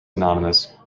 anonymous